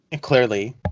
Clearly